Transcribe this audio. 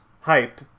hype